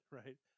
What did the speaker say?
right